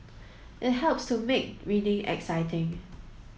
it helps to make reading exciting